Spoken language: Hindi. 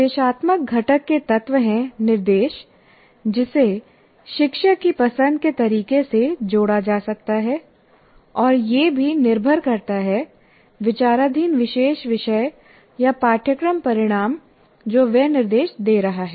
निर्देशात्मक घटक के तत्व हैं निर्देश जिसे शिक्षक की पसंद के तरीके से जोड़ा जा सकता है और यह भी निर्भर करता है विचाराधीन विशेष विषय या पाठ्यक्रम परिणाम जो वह निर्देश दे रहा है